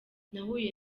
nahuye